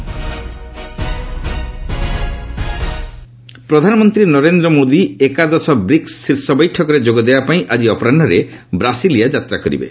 PM BRICS ପ୍ରଧାନମନ୍ତ୍ରୀ ନରେନ୍ଦ୍ର ମୋଦୀ ଏକାଦଶ BRICS ଶୀର୍ଷ ବୈଠକରେ ଯୋଗ ଦେବା ପାଇଁ ଆଜି ଅପରାହୁରେ ବ୍ରାସିଲିଆ ଯାତ୍ରା କରିବେ